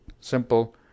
Simple